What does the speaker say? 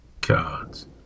cards